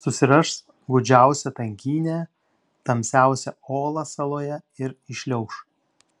susiras gūdžiausią tankynę tamsiausią olą saloje ir įšliauš